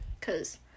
Cause